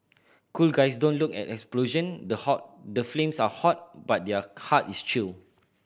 cool guys don't look at explosion the hot the flames are hot but their heart is chilled